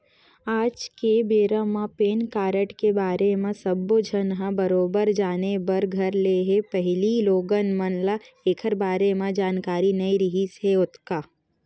आज के बेरा म पेन कारड के बारे म सब्बो झन ह बरोबर जाने बर धर ले हे पहिली लोगन मन ल ऐखर बारे म जानकारी नइ रिहिस हे ओतका